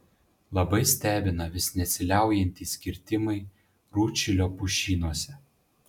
labai stebina vis nesiliaujantys kirtimai rūdšilio pušynuose